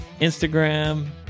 instagram